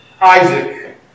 Isaac